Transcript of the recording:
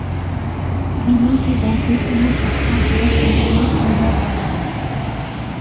बीमा के बहुते सिनी शाखा भारत भरि मे पायलो जाय छै